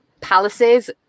palaces